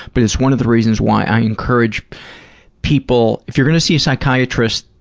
but it's one of the reasons why i encourage people, if you're going to see a psychiatrist,